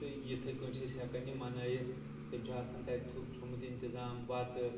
تہٕ یِتھٕے کٲٹھۍ چھِ أسۍ ہٮ۪کَان یہِ منٲیِتھ تٔمہۍ چھُ آسَان تَتہِ تھوٚومُت اِنتظام بَتہٕ